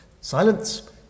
Silence